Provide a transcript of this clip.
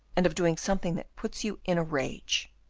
and of doing something that puts you in a rage.